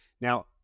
now